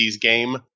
game